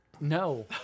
No